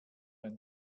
and